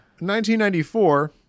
1994